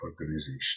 organization